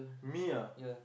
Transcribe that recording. me ah